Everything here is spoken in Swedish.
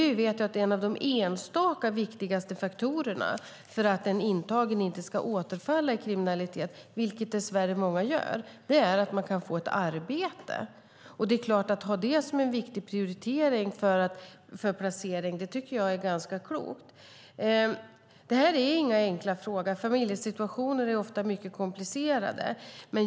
Vi vet att en av de enskilt viktigaste faktorerna för att en intagen inte ska återfalla i kriminalitet, vilket dess värre många gör, är att de kan få ett arbete. Att ha det som en viktig prioritering för placering är ganska klokt. Det är inga enkla frågor. Familjesituationerna är ofta komplicerade.